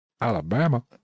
Alabama